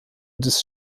des